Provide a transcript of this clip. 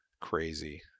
crazy